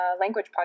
language